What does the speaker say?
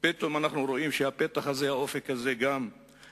פתאום אנחנו רואים שגם האופק הזה נסתם.